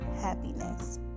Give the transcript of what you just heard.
happiness